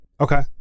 Okay